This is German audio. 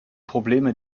probleme